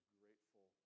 grateful